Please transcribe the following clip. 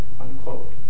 unquote